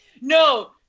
no